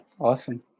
awesome